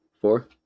four